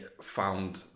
found